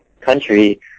country